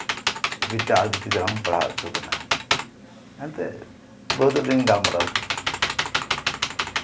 ᱵᱮᱴᱟ ᱟᱨ ᱵᱮᱴᱤ ᱫᱚᱞᱟᱝ ᱯᱟᱲᱦᱟᱣ ᱦᱚᱪᱚ ᱠᱤᱱᱟ ᱮᱱᱛᱮᱜ ᱵᱟᱹᱦᱩ ᱛᱟᱹᱞᱤᱧ ᱞᱤᱧ ᱜᱟᱞᱢᱟᱨᱟᱣ ᱠᱮᱫᱟ